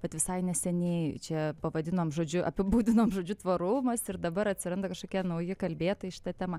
bet visai neseniai čia pavadinom žodžiu apibūdinom žodžiu tvarumas ir dabar atsiranda kažkokie nauji kalbėtojai šita tema